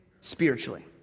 spiritually